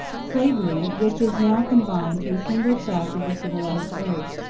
slavery, which is now confined to a single tract of the civilized earth,